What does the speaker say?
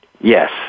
Yes